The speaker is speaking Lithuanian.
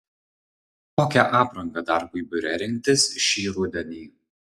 kokią aprangą darbui biure rinktis šį rudenį